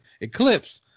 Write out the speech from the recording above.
eclipse